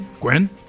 Gwen